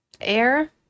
air